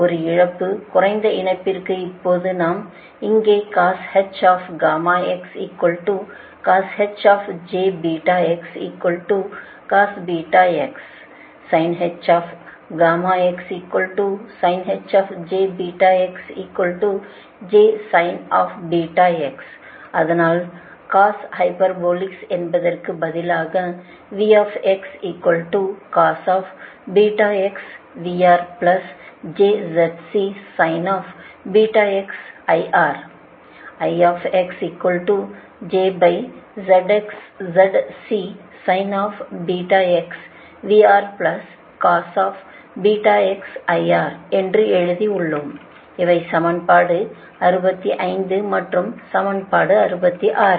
ஒரு இழப்பு குறைந்த இணைப்பிற்கு இப்போது நாம் இங்கே அதனால் காஸ் ஹைபர்போலிக் என்பதற்கு பதிலாக என்று எழுதி உள்ளோம் இவை சமன்பாடு 65 மற்றும் சமன்பாடு 66